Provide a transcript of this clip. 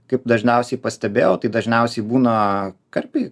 kaip dažniausiai pastebėjau tai dažniausiai būna karpiai